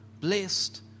Blessed